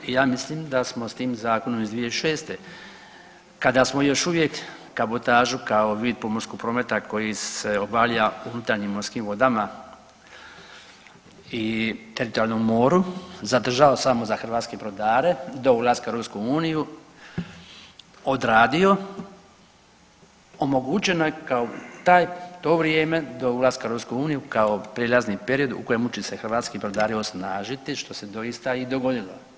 I ja mislim da smo s tim zakonom iz 2006. kada smo još uvijek kabotažu kao vi pomorskog prometa koji se obavlja u unutarnjim morskim vodama i teritorijalnom moru zadržao samo za hrvatske brodare do ulaska u EU odradio omogućeno je kao to vrijeme do ulaska u EU kao prijelazni period u kojemu će se hrvatski brodari osnažiti što se doista i dogodilo.